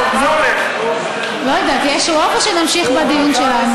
טוב, לא יודעת, יש רוב או שנמשיך בדיון שלנו?